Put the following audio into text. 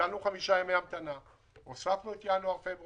ביטלנו חמישה ימי המתנה; הוספנו את ינואר-פברואר